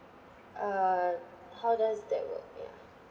uh how does that work ya